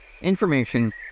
information